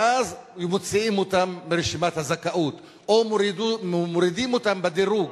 ואז מוציאים אותם מרשימת הזכאות או מורידים אותם בדירוג.